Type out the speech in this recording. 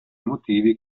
motivi